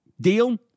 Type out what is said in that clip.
Deal